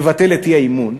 לבטל את האי-אמון.